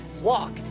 walk